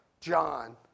John